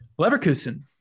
Leverkusen